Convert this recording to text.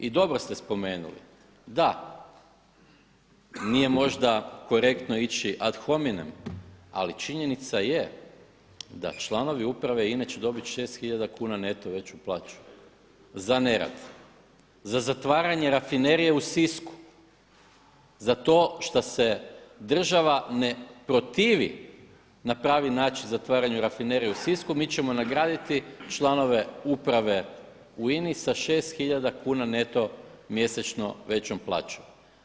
I dobro ste spomenuli, da, nije možda korektno ići ad hominem ali činjenica je da članovi uprave INA-e će dobiti 6 tisuća kuna neto veću plaću za nerad, za zatvaranje rafinerije u Sisku, za to što se država ne protivi na pravi način zatvaranju rafinerije u Sisku mi ćemo nagraditi članove uprave u INA-i sa 6 tisuća kuna neto mjesečno većom plaćom.